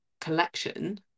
collection